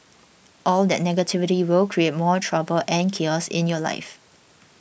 all that negativity will create more trouble and chaos in your life